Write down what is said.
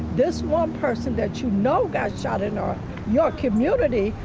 this one person that you know, got shot in our your community.